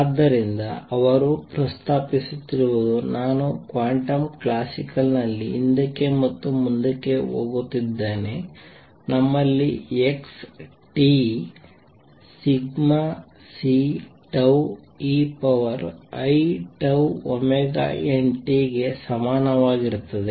ಆದ್ದರಿಂದ ಅವರು ಪ್ರಸ್ತಾಪಿಸುತ್ತಿರುವುದು ನಾನು ಕ್ವಾಂಟಮ್ ಕ್ಲಾಸಿಕಲ್ ನಲ್ಲಿ ಹಿಂದಕ್ಕೆ ಮತ್ತು ಮುಂದಕ್ಕೆ ಹೋಗುತ್ತಿದ್ದೇನೆ ನಮ್ಮಲ್ಲಿ x Ceiτωtಗೆ ಸಮಾನವಾಗಿರುತ್ತದೆ